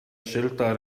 scelta